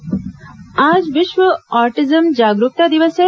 autism दिवस आज विश्व ऑटिज्म जागरूकता दिवस है